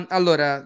Allora